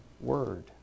word